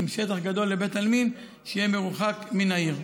עם שטח גדול לבית עלמין שיהיה מרוחק מן העיר.